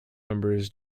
members